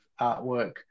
artwork